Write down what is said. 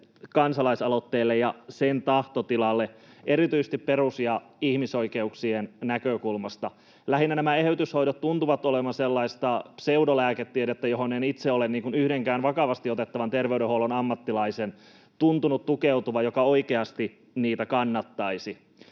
kansalais-aloitteelle ja sen tahtotilalle erityisesti perus- ja ihmisoikeuksien näkökulmasta. Nämä eheytyshoidot tuntuvat olevan lähinnä sellaista pseudolääketiedettä, johon en itse ole yhdenkään vakavasti otettavan terveydenhuollon ammattilaisen huomannut tukeutuvan tai oikeasti kannattavan.